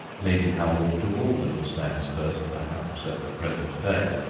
lady howard de walden stands first, perhaps, at the present day,